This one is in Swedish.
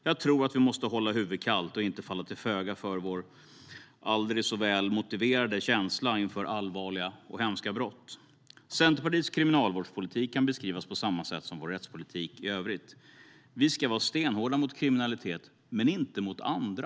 Jag tror dock att vi måste hålla huvudet kallt och inte falla till föga för våra aldrig så väl motiverade känslor inför allvarliga och hemska brott. Centerpartiets kriminalvårdspolitik kan beskrivas på samma sätt som vår rättspolitik i övrigt. Vi ska vara stenhårda mot kriminalitet men inte mot andra.